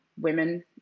women